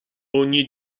ogni